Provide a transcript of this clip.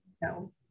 No